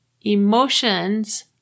Emotions